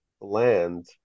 land